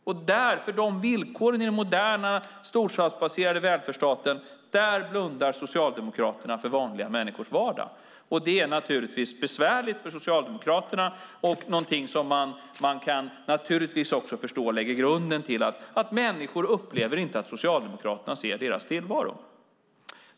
Socialdemokraterna blundar för villkoren i den moderna storstadsbaserade välfärdsstaten och vanliga människors vardag. Det är naturligtvis besvärligt för Socialdemokraterna och någonting man kan förstå lägger grunden till att människor inte upplever att Socialdemokraterna ser deras tillvaro.